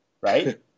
right